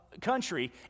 country